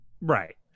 Right